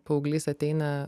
paauglys ateina